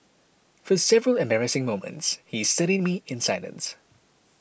for several embarrassing moments he studied me in silence